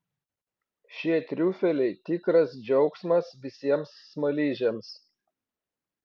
šie triufeliai tikras džiaugsmas visiems smaližiams